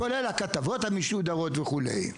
כולל הכתבות המשודרות וכו'.